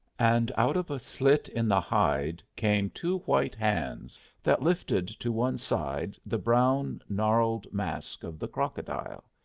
and out of a slit in the hide came two white hands that lifted to one side the brown knarled mask of the crocodile.